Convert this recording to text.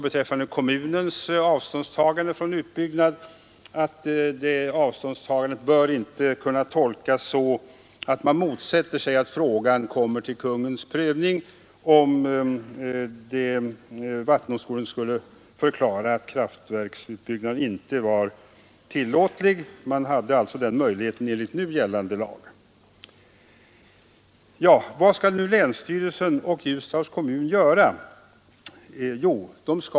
Beträffande kommunens avståndstagande från utbyggnaderna säger länsstyrelsen att detta avstyrkande inte bör kunna ”tolkas så att man motsätter sig att frågan kommer under Kungl. Maj:ts prövning, om vattendomstolen skulle förklara kraftverksutbyggnaderna ej tillåtliga. Man hade alltså den möjligheten enligt nu gällande lag. Vad skall nu länsstyrelsen och Ljusdals kommun göra?